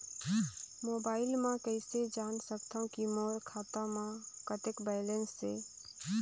Mobile म कइसे जान सकथव कि मोर खाता म कतेक बैलेंस से?